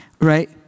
right